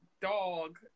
dog